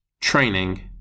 training